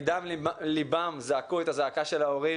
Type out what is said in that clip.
מדם ליבם זעקו את הזעקה של ההורים.